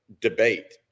debate